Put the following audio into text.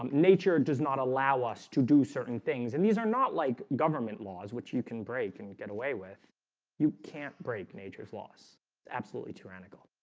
um nature does not allow us to do certain things and these are not like government laws which you can break and get away with you can't break nature's laws absolutely tyrannical